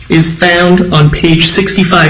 is found on page sixty five